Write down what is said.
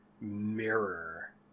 mirror